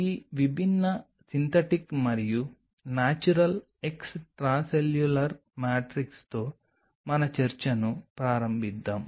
ఈ విభిన్న సింథటిక్ మరియు నేచురల్ ఎక్స్ట్రాసెల్యులర్ మ్యాట్రిక్స్తో మన చర్చను ప్రారంభిద్దాం